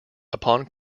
upon